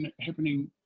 happening